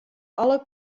alle